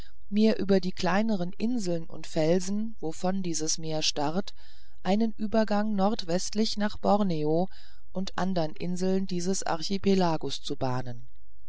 mir über die kleinern inseln und felsen wovon dieses meer starrt einen übergang nordwestlich nach borneo und andern inseln dieses archipelagus zu bahnen